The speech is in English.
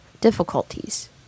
difficulties